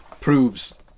proves